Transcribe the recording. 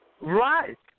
Right